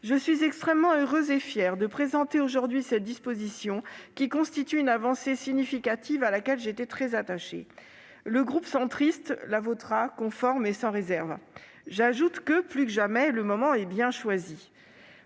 Je suis extrêmement heureuse et fière de présenter aujourd'hui cette disposition, qui constitue une avancée significative à laquelle je suis très attachée. Sans réserve, le groupe centriste la votera conforme. J'ajoute que, plus que jamais, le moment est bien choisi.